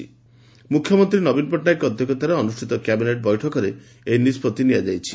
ମ୍ରଖ୍ୟମନ୍ତୀ ନବୀନ ପଟ୍ଟନାୟକଙ୍କ ଅଧ୍ୟକ୍ଷତାରେ ଅନ୍ଷିତ କ୍ ବିନେଟ୍ ବୈଠକରେ ଏହି ନିଷ୍ବଭି ନିଆଯାଇଛି